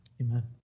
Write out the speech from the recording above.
amen